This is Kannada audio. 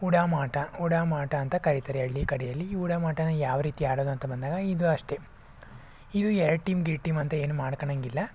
ಉಡಾಮಾಟ ಉಡಾಮಾಟ ಅಂತ ಕರಿತಾರೆ ಹಳ್ಳಿ ಕಡೆಯಲ್ಲಿ ಈ ಉಡಾಮಾಟನ ಯಾವ ರೀತಿ ಆಡೋದು ಅಂತ ಬಂದಾಗ ಇದು ಅಷ್ಟೇ ಇದು ಎರಡು ಟೀಮ್ ಗಿರಡು ಟೀಮ್ ಅಂತ ಏನು ಮಾಡ್ಕೊಳ್ಳೋಂಗಿಲ್ಲ